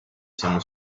siamo